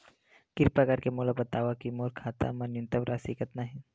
किरपा करके मोला बतावव कि मोर खाता मा न्यूनतम राशि कतना हे